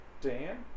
Dan